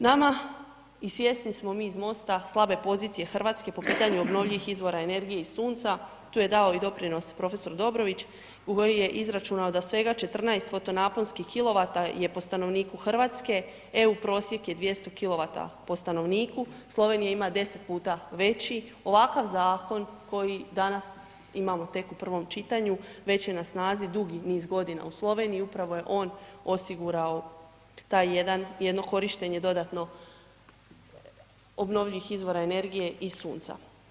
Nama i svjesni smo mi iz MOST-a slabe pozicije Hrvatske po pitanju obnovljivih izvora energije i sunca, tu je dao i doprinos prof. Dobrović koji je izračunao da svega 14 foto-naponskih kW-a je po stanovniku Hrvatske, EU prosjek je 200 kW-a po stanovniku, Slovenija ima 10 puta veći, ovakav zakon koji danas imamo tek u prvom čitanju, već je na snazi dugi niz godina u Sloveniji i upravo je on osigurao to jedno korištenje dodatno obnovljivih izora energije iz sunca.